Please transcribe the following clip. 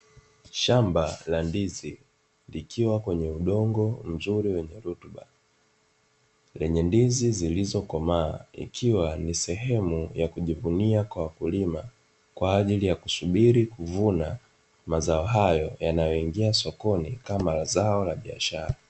Shamba la ndizi likiwa kwenye udongo mzuri wenye rutuba, lenye ndizi zilizokomaa, ikiwa ni sehemu ya kujivunia kwa wakulima kwa ajili ya kusubiri kuvuna mazao hayo, yanayoingia sokoni kama zao la biashara.